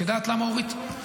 את יודעת למה, אורית?